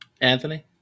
Anthony